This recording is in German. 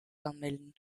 anmelden